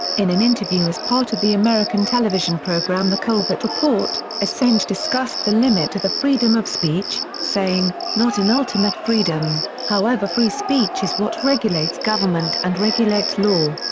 in an interview as part of the american television programme the colbert report, report, assange discussed the limit to the freedom of speech, saying, not an ultimate freedom, however free speech is what regulates government and regulates law.